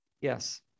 Yes